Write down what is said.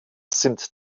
sind